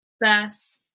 best